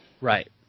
Right